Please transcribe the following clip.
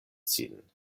sin